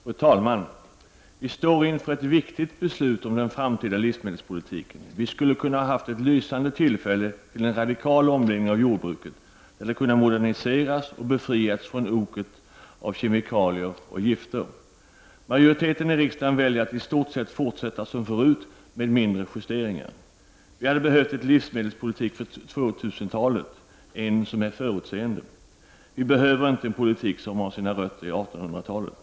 Fru talman! Vi står inför ett viktigt beslut om den framtida livsmedelspolitiken. Vi skulle kunna ha haft ett lysande tillfälle till en radikal omläggning av jordbruket. Det hade kunnat moderniseras och befrias från oket från kemikalier och gifter. Majoriteten i riksdagen väljer att i stort sett fortsätta som förut med mindre justeringar. Vi hade behövt en livsmedelspolitik för 2000-talet, en som är förutseende. Vi behöver inte en politik som har sina rötter i 1800-talet.